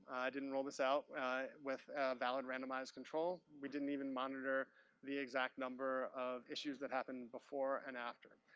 didn't roll this out with a valid randomized control. we didn't even monitor the exact number of issues that happened before and after.